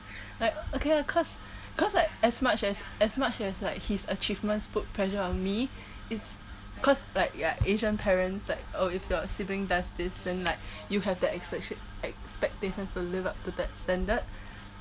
like okay lah cause cause like as much as as much as like his achievements put pressure on me it's cause like you're asian parents like oh if your sibling does this then like you have the expecta~ expectation to live up to that standard